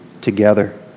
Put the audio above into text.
together